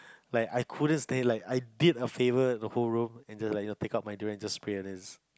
like I couldn't stand like I did a favor the whole room and just like pick up my deodorant and then just spray and just